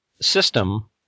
system –